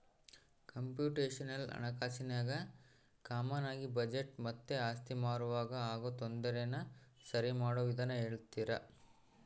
computational ಹಣಕಾಸಿನಾಗ ಕಾಮಾನಾಗಿ budget ಮತ್ತೆ ಆಸ್ತಿ ಮಾರುವಾಗ ಆಗೋ ತೊಂದರೆನ ಸರಿಮಾಡೋ ವಿಧಾನ ಹೇಳ್ತರ